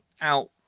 out